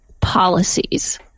policies